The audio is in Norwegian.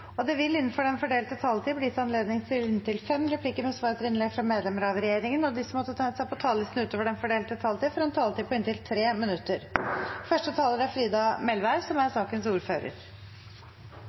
det – innenfor den fordelte taletid – bli gitt anledning til inntil seks replikker med svar etter innlegg fra medlemmer av regjeringen, og de som måtte tegne seg på talerlisten utover den fordelte taletid, får en taletid på inntil 3 minutter.